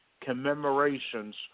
commemorations